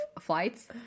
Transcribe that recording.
flights